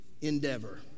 endeavor